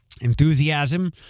enthusiasm